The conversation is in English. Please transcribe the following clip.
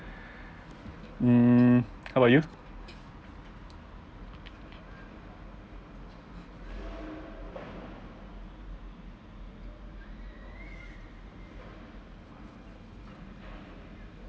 hmm how about you